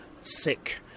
sick